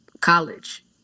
college